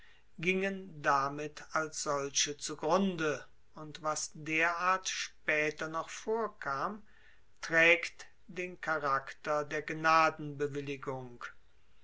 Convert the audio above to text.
gingen damit als solche zu grunde und was derart spaeter noch vorkam traegt den charakter der